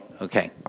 Okay